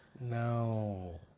No